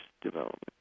development